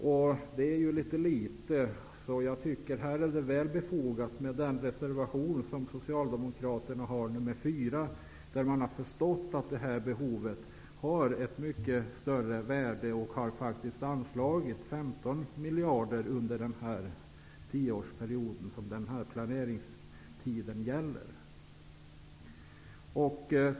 Detta är väl litet, och jag anser därför att det finns stort fog för reservation 4 av socialdemokraterna i utskottet. Reservanterna har förstått att behovet är större och har därför föreslagit ett anslag på 15 miljarder för den tioårsperiod som planeringen gäller.